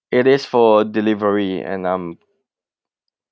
it is for delivery and um